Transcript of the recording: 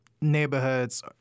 neighborhoods